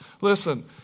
listen